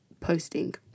posting